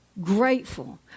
Grateful